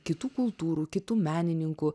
kitų kultūrų kitų menininkų